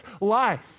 life